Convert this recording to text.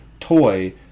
toy